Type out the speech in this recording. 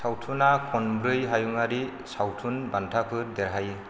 सावथुना खनब्रै हायुंआरि सावथुन बान्थाफोर देरहायो